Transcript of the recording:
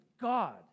God